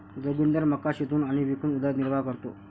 जोगिंदर मका शिजवून आणि विकून उदरनिर्वाह करतो